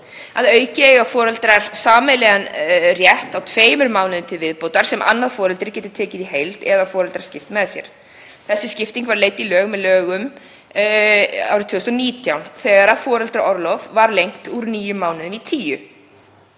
Að auki eiga foreldrar sameiginlega rétt á tveimur mánuðum til viðbótar sem annað foreldrið getur tekið í heild eða foreldrar skipt með sér. Þessi skipting var leidd í lög með lögum nr. 149/2019, þegar fæðingarorlof var lengt úr níu mánuðum í tíu.